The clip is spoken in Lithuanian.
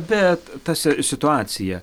bet tas situacija